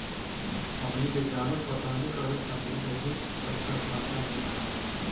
हमनी के गांवे पटवनी करे खातिर बहुत अच्छा मात्रा में पानी बा